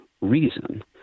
reason